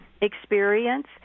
experience